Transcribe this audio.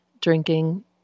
drinking